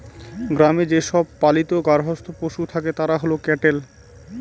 গ্রামে যে সব পালিত গার্হস্থ্য পশু থাকে তারা হল ক্যাটেল